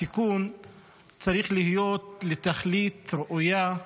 התיקון צריך להיות לתכלית ראויה.